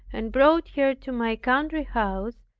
and brought her to my countryhouse,